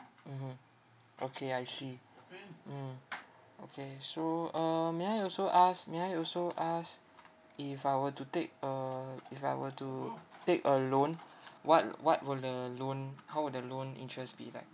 mmhmm okay I see mm okay so uh may I also ask may I also ask if I were to take uh if I were to take a loan what what will the loan how will the loan interest be like